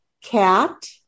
cat